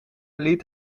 liet